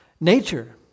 Nature